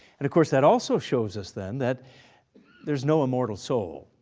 and of course that also shows us then that there's no immortal soul.